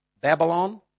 Babylon